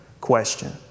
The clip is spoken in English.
question